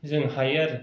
जों हायो आरो